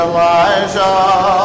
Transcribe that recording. Elijah